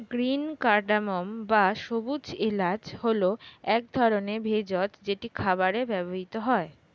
green cardamom বা সবুজ এলাচ হল এক ধরনের ভেষজ যেটি খাবারে ব্যবহৃত হয়